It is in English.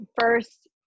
first